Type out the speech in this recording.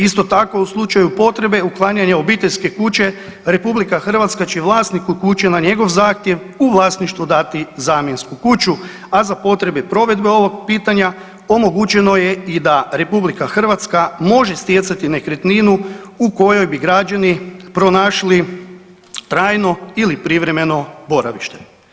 Isto tako u slučaju potrebe uklanjanja obiteljske kuće RH će vlasniku kuće na njegov zahtjev u vlasništvo dati zamjensku kuću, a za potrebe provedbe ovog pitanja omogućeno je i da RH može stjecati nekretninu u kojoj bi građani pronašli trajno ili privremeno boravište.